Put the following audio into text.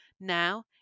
Now